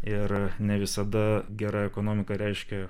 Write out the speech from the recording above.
ir ne visada gera ekonomika reiškia